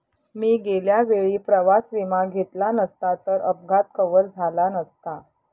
मी गेल्या वेळी प्रवास विमा घेतला नसता तर अपघात कव्हर झाला नसता